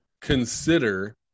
consider